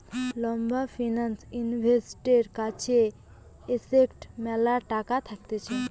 লম্বা ফিন্যান্স ইনভেস্টরের কাছে এসেটের ম্যালা টাকা থাকতিছে